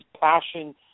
passion